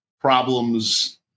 problems